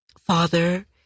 Father